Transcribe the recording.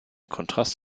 kontrast